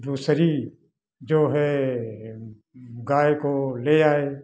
दूसरी जो है गाय को ले आए